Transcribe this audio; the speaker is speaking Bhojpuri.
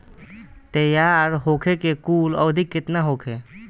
तैयार होखे के कुल अवधि केतना होखे?